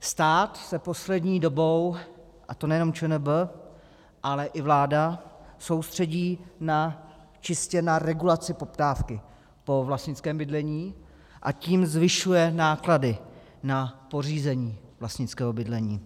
Stát se poslední dobou, a to nejenom ČNB, ale i vláda soustředí čistě na regulaci poptávky po vlastnickém bydlení, a tím zvyšuje náklady na pořízení vlastnického bydlení.